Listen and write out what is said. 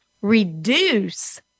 reduce